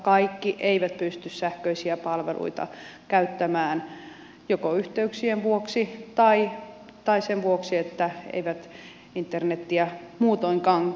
kaikki eivät pysty sähköisiä palveluita käyttämään joko yhteyksien vuoksi tai sen vuoksi että eivät internetiä muutoinkaan käytä